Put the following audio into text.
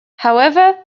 however